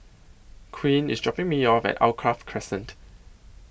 Quinn IS dropping Me off At Alkaff Crescent